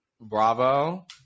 bravo